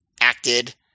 acted